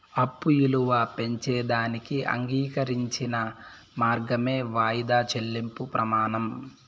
అప్పు ఇలువ పెంచేదానికి అంగీకరించిన మార్గమే వాయిదా చెల్లింపు ప్రమానం